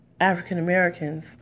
African-Americans